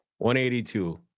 182